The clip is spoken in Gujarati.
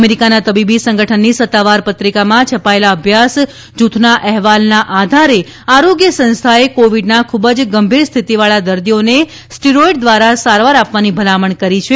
અમેરીકાના તબીબી સંગઠનની સત્તાવાર પત્રિકામાં છપાયેલા અભ્યાસ જૂથના અહેવાલના આધારે આરોગ્ય સંસ્થાએ કોવિડના ખૂબ જ ગંભીર સ્થિતિવાળા દર્દીઓને સ્ટીરોઈડ દ્વારા સારવાર આપવાની ભલામણ કરી છે